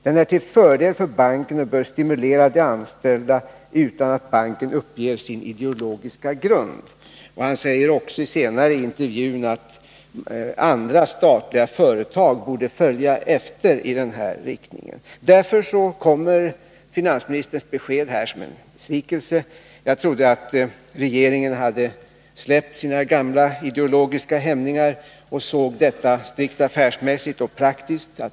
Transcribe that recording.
Den är till fördel för banken och bör stimulera de anställda utan att banken uppger sin ideologiska grund.” Senare i intervjun säger han också att andra statliga företag borde följa efter på den här vägen. Därför kommer finansministerns besked här som en besvikelse. Jag trodde att regeringen hade släppt sina gamla ideologiska hämningar och såg detta strikt affärsmässigt och praktiskt.